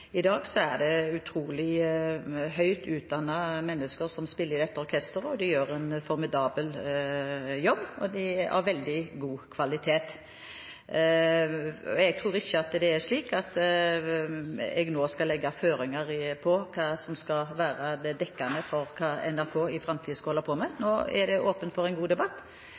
er kjent med at det i dag er høyt utdannede mennesker som spiller i dette orkesteret. De gjør en formidabel jobb, av veldig god kvalitet. Jeg tror ikke at jeg nå skal legge føringer for hva som skal være dekkende for det NRK skal holde på med i framtiden. Det er åpnet for en god debatt